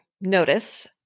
notice